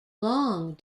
long